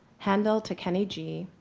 handel to kenny g,